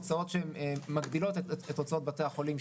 הוצאות שהן מגבילות את הוצאות בתי החולים,